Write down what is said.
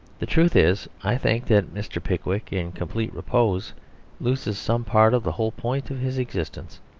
the truth is, i think, that mr. pickwick in complete repose loses some part of the whole point of his existence.